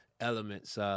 elements